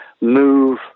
move